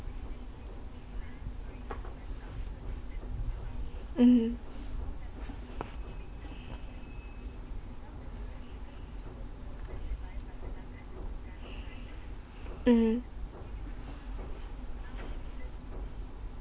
mmhmm mmhmm